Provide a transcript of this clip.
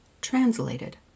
translated